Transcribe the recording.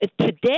Today